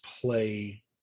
play